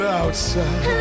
outside